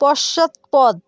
পশ্চাৎপদ